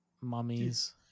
mummies